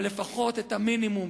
אבל לפחות את המינימום,